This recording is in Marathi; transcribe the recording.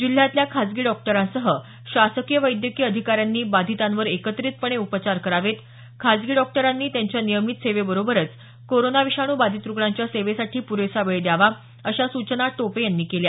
जिल्ह्यातल्या खाजगी डॉक्टरांसह शासकीय वैद्यकीय अधिकाऱ्यांनी बाधितांवर एकत्रितपणे उपचार करावेत खासगी डॉक्टरांनी त्यांच्या नियमित सेवेबरोबरच कोरोना विषाणू बाधित रुग्णांच्या सेवेसाठी प्रेसा वेळ द्यावा अशा सूचना पालकमंत्र्यांनी यावेळी केल्या